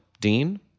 Dean